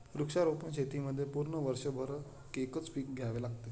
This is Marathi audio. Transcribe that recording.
वृक्षारोपण शेतीमध्ये पूर्ण वर्षभर एकच पीक घ्यावे लागते